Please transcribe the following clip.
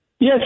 Yes